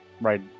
right